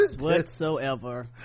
whatsoever